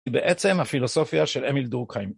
היא בעצם הפילוסופיה של אמיל דורקהיים.